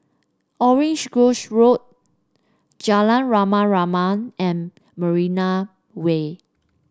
Orange Grove Road Jalan Rama Rama and Marina Way